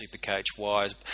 Supercoach-wise